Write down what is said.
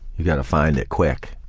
you gotta find it quick.